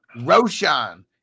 Roshan